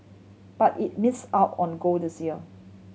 but it miss out on gold this year